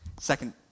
Second